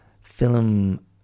film